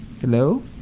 hello